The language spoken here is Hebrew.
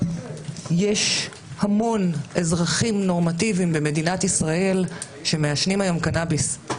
יש המון אזרחים נורמטיביים במדינת ישראל שמעשנים היום קנאביס.